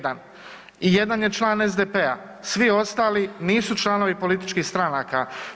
Jedan i jedan je član SDP-a, svi ostali nisu članovi političkih stranaka.